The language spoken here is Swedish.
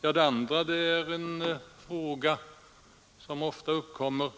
För det andra vill jag peka på en fråga som ofta är aktuell: